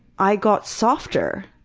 i got softer.